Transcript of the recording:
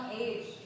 age